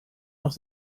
noch